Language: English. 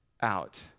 out